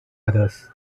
others